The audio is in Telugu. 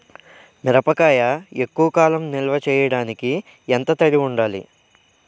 మిరపకాయ ఎక్కువ కాలం నిల్వ చేయటానికి ఎంత తడి ఉండాలి?